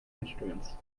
instruments